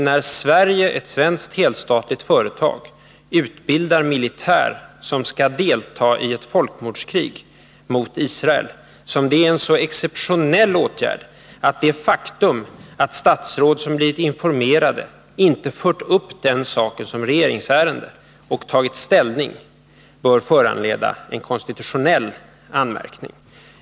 När ett svenskt helstatligt företag utbildar militär som skall delta i ett folkmordskrig mot Israel, är detta en så exceptionell åtgärd att det faktum att statsråd som blir informerade inte fört upp den saken som regeringsärende och tagit ställning bör föranleda en konstitutionell anmärkning.